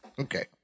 okay